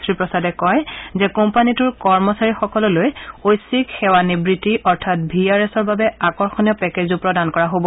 শ্ৰীপ্ৰসাদে কয় যে কোম্পানীটোৰ কৰ্মচাৰীসকললৈ ঐচ্ছিক সেৱা নিবৃত্তি অৰ্থাৎ ভি আৰ এছৰ বাবে আকৰ্যণীয় পেকেজো প্ৰদান কৰা হ'ব